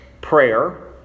prayer